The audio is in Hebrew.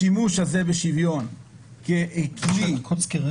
השימוש הזה בשוויון ככלי --- הרבי מקוצק?